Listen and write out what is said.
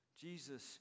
Jesus